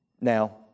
Now